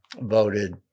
voted